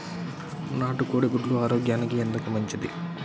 నాటు కోడి గుడ్లు ఆరోగ్యానికి ఎందుకు మంచిది?